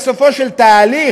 בסופו של התהליך